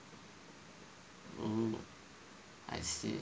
oo I see